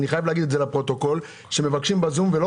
חייב לומר את זה לפרוטוקול שמבקשים בזום ולא